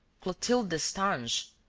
clotilde destange,